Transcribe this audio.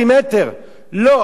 לא, הם לא רוצים, למה?